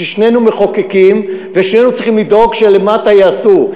ששנינו מחוקקים ושנינו צריכים לדאוג שלמטה יעשו.